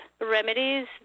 remedies